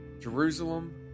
Jerusalem